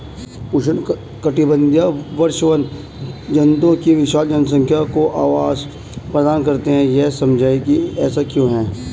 उष्णकटिबंधीय वर्षावन जंतुओं की विशाल जनसंख्या को आवास प्रदान करते हैं यह समझाइए कि ऐसा क्यों है?